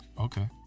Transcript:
Okay